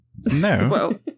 No